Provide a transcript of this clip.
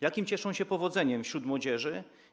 Jakim cieszą się powodzeniem wśród młodzieży?